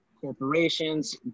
corporations